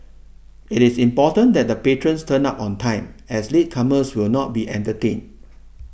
it is important that the patrons turn up on time as latecomers will not be entertained